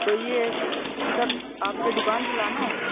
तो यह सब आपकी दुकान पर लाना है